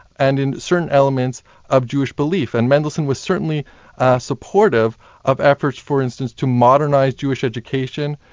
and in certain elements of jewish belief, and mendelssohn was certainly supportive of efforts, for instance, to modernise jewish education,